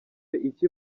icyo